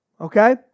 okay